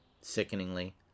sickeningly